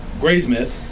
Graysmith